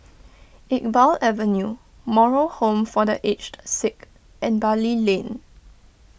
Iqbal Avenue Moral Home for the Aged Sick and Bali Lane